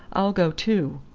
i'll go too.